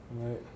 Right